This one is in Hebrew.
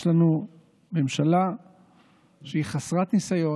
יש לנו ממשלה שהיא חסרת ניסיון,